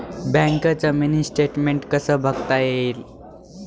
बँकेचं mini statement कसं बघता येईल?